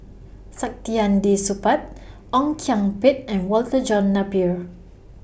Saktiandi Supaat Ong Kian Peng and Walter John Napier